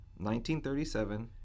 1937